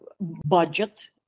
budget